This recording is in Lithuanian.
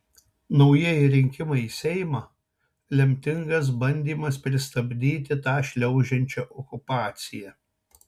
naujieji rinkimai į seimą lemtingas bandymas pristabdyti tą šliaužiančią okupaciją